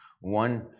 One